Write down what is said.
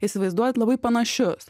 įsivaizduot labai panašius